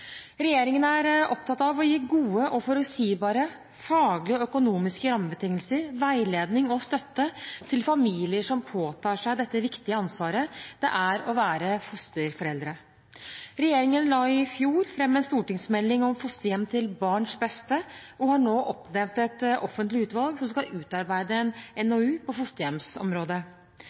Regjeringen er opptatt av å gi gode og forutsigbare, faglige og økonomiske rammebetingelser, veiledning og støtte til familier som påtar seg det viktige ansvaret det er å være fosterforeldre. Regjeringen la i fjor fram en stortingsmelding om fosterhjem til barns beste og har nå oppnevnt et offentlig utvalg som skal utarbeide en NOU på fosterhjemsområdet.